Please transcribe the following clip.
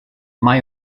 mae